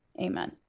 Amen